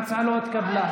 הצעת החוק לא נתקבלה.